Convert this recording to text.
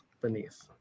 beneath